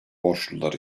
borçlular